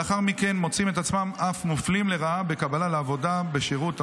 לאחר מכן מוצאים את עצמם אף מופלים לרעה בקבלה לעבודה בשירות המדינה.